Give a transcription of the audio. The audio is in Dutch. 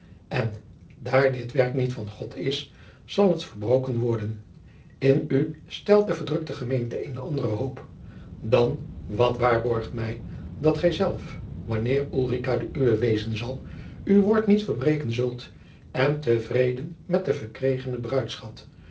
en daar dit werk niet van god is zal het verbroken worden in u stelt de verdrukte gemeente eene andere hoop dan wat waarborgt mij dat gij zelf wanneer ulrica de uwe wezen zal uw woord niet verbreken zult en tevreden met den verkregenen bruidschat